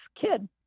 kid